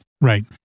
Right